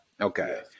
okay